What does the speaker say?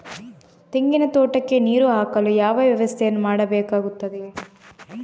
ತೆಂಗಿನ ತೋಟಕ್ಕೆ ನೀರು ಹಾಕಲು ಯಾವ ವ್ಯವಸ್ಥೆಯನ್ನು ಮಾಡಬೇಕಾಗ್ತದೆ?